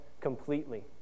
completely